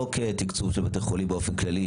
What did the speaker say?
לא כתקצוב של בתי חולים באופן כללי,